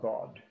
God